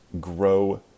grow